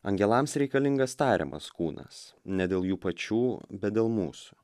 angelams reikalingas tariamas kūnas ne dėl jų pačių bet dėl mūsų